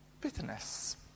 Bitterness